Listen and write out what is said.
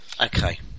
Okay